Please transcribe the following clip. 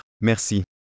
merci